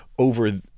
over